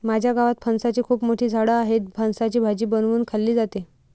माझ्या गावात फणसाची खूप मोठी झाडं आहेत, फणसाची भाजी बनवून खाल्ली जाते